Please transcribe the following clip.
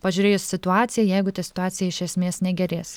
pažiūrėjus į situaciją jeigu ta situacija iš esmės negerės